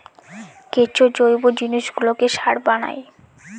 কেঁচো জৈব জিনিসগুলোকে সার বানায়